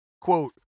quote